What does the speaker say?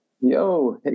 Yo